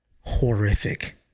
horrific